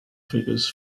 figures